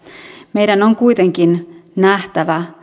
meidän on kuitenkin nähtävä